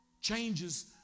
Changes